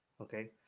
Okay